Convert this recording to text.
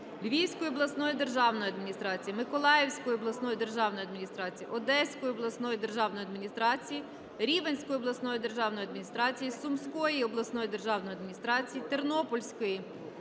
Львівської обласної державної адміністрації, Миколаївської обласної державної адміністрації, Одеської обласної державної адміністрації, Рівненської обласної державної адміністрації, Сумської обласної державної адміністрації, Тернопільської